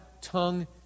tongue